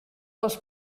les